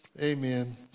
Amen